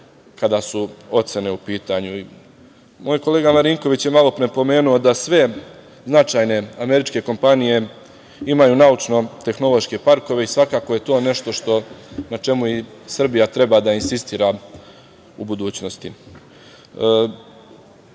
kada su ocene u pitanju. Moj kolega Marinković je malopre napomenuo da sve značajne američke kompanije imaju naučno-tehnološke parkove, i to je svakako nešto na čemu Srbija treba da insistira u budućnosti. Kada